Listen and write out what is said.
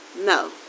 no